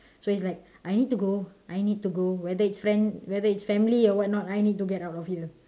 so is like I need to go I need to go whether is friend whether is family or what I need to get out of here